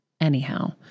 anyhow